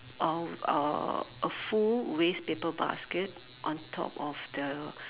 a uh a full waste paper basket on top of the